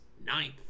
ninth